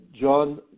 John